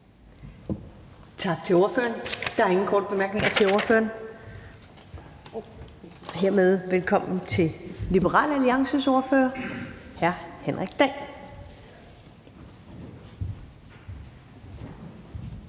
Tak til ordføreren. Der er ingen korte bemærkninger til ordføreren. Hermed velkommen til Liberal Alliances ordfører, hr. Henrik Dahl.